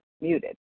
muted